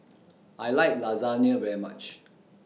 I like Lasagne very much